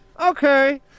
Okay